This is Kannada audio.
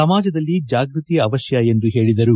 ಸಮಾಜದಲ್ಲಿ ಜಾಗೃತಿ ಅವತ್ತ ಎಂದು ಹೇಳಿದರು